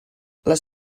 les